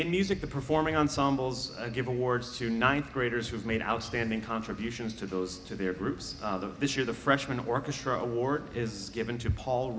in music the performing ensembles give awards to ninth graders who have made outstanding contributions to those to their groups this year the freshman orchestra award is given to paul